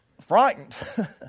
frightened